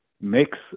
makes